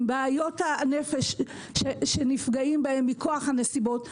עם בעיות הנפש שנפגעים בהן מכוח הנסיבות,